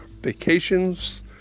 vacations